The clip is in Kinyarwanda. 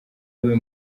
yabaye